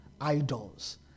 idols